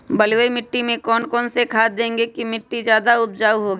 बलुई मिट्टी में कौन कौन से खाद देगें की मिट्टी ज्यादा उपजाऊ होगी?